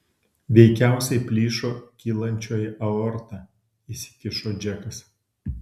veikiausiai plyšo kylančioji aorta įsikišo džekas